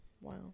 Wow